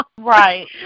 Right